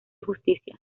justicia